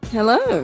Hello